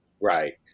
Right